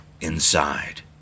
inside